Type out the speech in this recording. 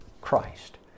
Christ